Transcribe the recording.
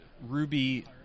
Ruby